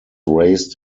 raised